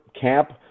camp